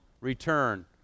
return